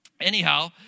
anyhow